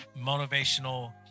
motivational